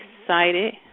excited